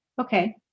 Okay